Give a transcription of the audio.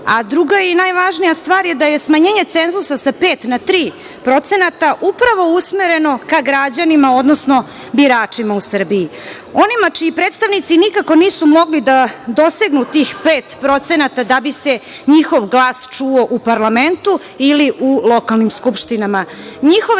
krugu. Druga i najvažnija stvar je da je smanjenje cenzusa sa pet na tri procenata upravo usmereno ka građanima, odnosno biračima u Srbiji. Onima čiji predstavnici nikako nisu mogli da dosegnu tih pet procenata da bi se njihov glas čuo u parlamentu ili u lokalnim skupštinama.